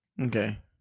Okay